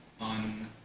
on